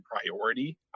priority